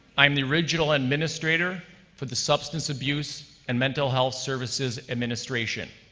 i'm the regional administrator for the substance abuse and mental health services administration.